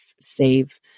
save